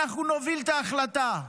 אנחנו נוביל את ההחלטה.